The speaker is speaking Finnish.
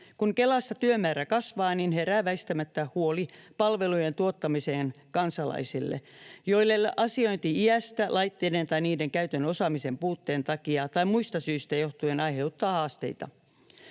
Kun Kelassa työmäärä kasvaa, niin herää väistämättä huoli palvelujen tuottamisesta kansalaisille, joille asiointi iästä, laitteiden tai niiden käytön osaamisen puutteesta tai muista syistä johtuen aiheuttaa haasteita.